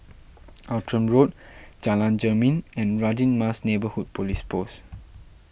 Outram Road Jalan Jermin and Radin Mas Neighbourhood Police Post